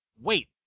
wait